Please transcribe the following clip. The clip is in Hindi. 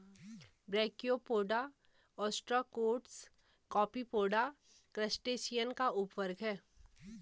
ब्रैकियोपोडा, ओस्ट्राकोड्स, कॉपीपोडा, क्रस्टेशियन का उपवर्ग है